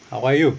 how are you